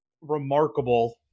remarkable